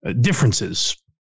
differences